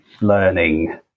learning